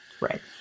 Right